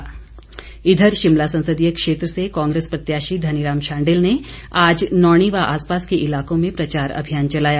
शांडिल इधर शिमला संसदीय क्षेत्र से कांग्रेस प्रत्याशी धनीराम शांडिल ने आज नौणी व आसपास के इलाकों में प्रचार अभियान चलाया